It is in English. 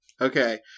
Okay